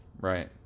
Right